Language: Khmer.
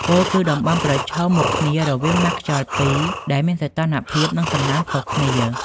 ពោលគឺតំបន់ប្រឈមមុខគ្នារវាងម៉ាស់ខ្យល់ពីរដែលមានសីតុណ្ហភាព និងសំណើមខុសគ្នា។